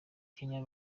kenya